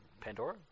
Pandora